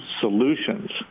solutions